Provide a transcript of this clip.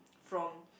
from